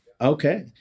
Okay